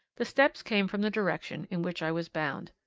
the steps came from the direction in which i was bound.